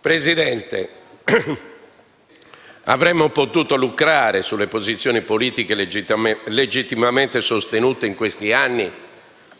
Presidente, avremmo potuto lucrare sulle posizioni politiche legittimamente sostenute in questi anni